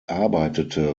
arbeitete